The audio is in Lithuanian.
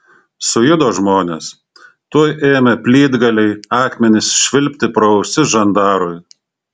sujudo žmonės tuoj ėmė plytgaliai akmenys švilpti pro ausis žandarui